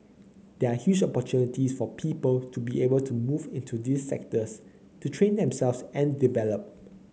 there are huge opportunities for people to be able to move into these sectors to train themselves and develop